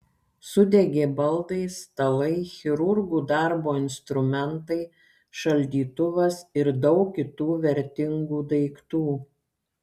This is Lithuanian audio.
sudegė baldai stalai chirurgų darbo instrumentai šaldytuvas ir daug kitų vertingų daiktų